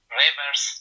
rivers